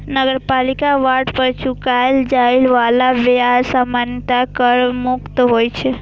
नगरपालिका बांड पर चुकाएल जाए बला ब्याज सामान्यतः कर मुक्त होइ छै